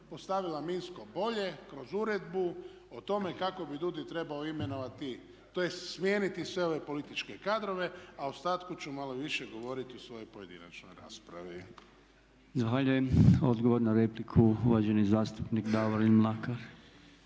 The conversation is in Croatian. ostavila minsko polje kroz uredbu o tome kako bi DUUDI trebao imenovati tj. smijeniti sve ove političke kadrove, a o ostatku ću malo više govoriti u svojoj pojedinačnoj raspravi. **Podolnjak, Robert (MOST)** Zahvaljujem. Odgovor na repliku, uvaženi zastupnik Davorin Mlakar.